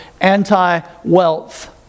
anti-wealth